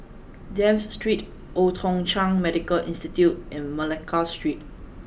Dafne Street Old Thong Chai Medical Institute and Malacca Street